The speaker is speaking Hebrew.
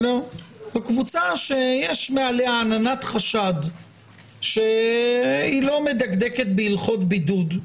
זו קבוצה שיש מעליה עננת חשד שהיא לא מדקדקת בהלכות בידוד.